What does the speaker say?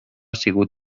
sigut